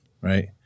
right